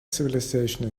civilization